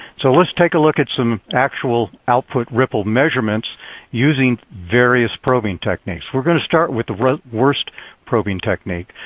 so let's take a look at some actual output ripple measurements using various probing techniques. we're going to start with the worst probing technique.